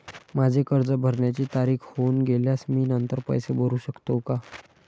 माझे कर्ज भरण्याची तारीख होऊन गेल्यास मी नंतर पैसे भरू शकतो का?